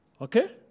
Okay